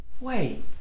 Wait